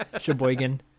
Sheboygan